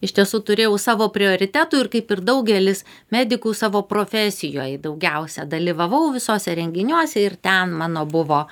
iš tiesų turėjau savo prioritetų ir kaip ir daugelis medikų savo profesijoj daugiausia dalyvavau visuose renginiuose ir ten mano buvo